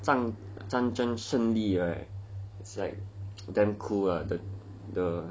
战争胜利 right it's like damn cool lah the the